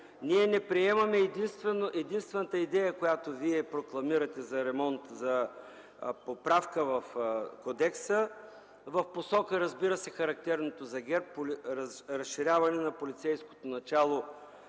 Ние не приемаме единствената идея, която Вие прокламирате за ремонт, за поправка в кодекса в посока, разбира се, характерното за ГЕРБ разширяване на полицейското начало